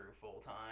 full-time